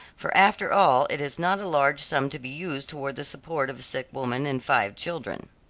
for after all it is not a large sum to be used toward the support of a sick woman and five children.